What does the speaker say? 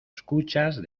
escuchas